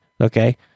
okay